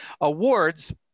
awards